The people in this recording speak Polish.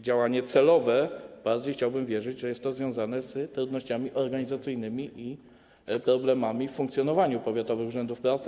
działanie celowe, bardziej chciałbym wierzyć, że jest to związane z trudnościami organizacyjnymi i problemami w funkcjonowaniu powiatowych urzędów pracy.